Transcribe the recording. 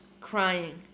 crying